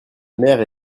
mère